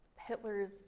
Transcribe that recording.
Hitler's